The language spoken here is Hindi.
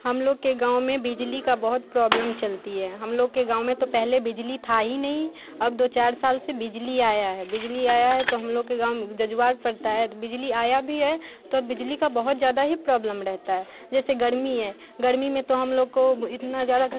हम लोग के गाँव में बिजली का बहुत प्रोब्लम चलती है हम लोग के गाँव में तो पहले बिजली था ही नहीं अब दो चार साल से बिजली आया है बिजली आया है तो हम लोग के गाँव जजवार पड़ता है तो बिजली आया भी है तो अब बिजली का बहुत ज्यादा ही प्रोब्लम रहता है जैसे गर्मी है गर्मी में तो हम लोग को इतना ज़्यादा